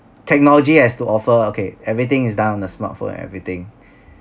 technology has to offer okay everything is done on the smartphone everything